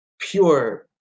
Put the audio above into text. pure